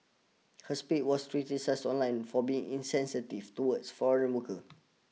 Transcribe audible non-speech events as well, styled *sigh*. her speed was criticised online for being insensitive towards foreign workers *noise*